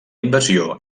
invasió